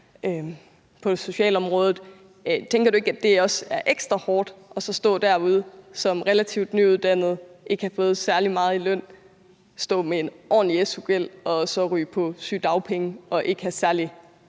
på socialområdet. Tænker du ikke, at det også er ekstra hårdt at stå derude som relativt nyuddannet, ikke have fået særlig meget i løn, stå med en ordentlig su-gæld og så ryge på sygedagpenge og ikke have særlig